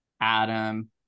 Adam